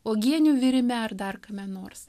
uogienių virime ar dar kame nors